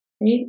right